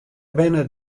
binne